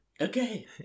Okay